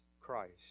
Christ